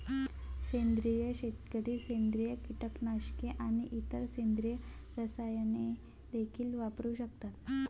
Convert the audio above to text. सेंद्रिय शेतकरी सेंद्रिय कीटकनाशके आणि इतर सेंद्रिय रसायने देखील वापरू शकतात